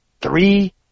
three